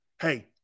Hey